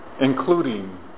including